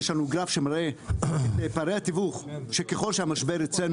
יש לנו גרף שמראה את פערי התיווך שככל שהמשבר אצלנו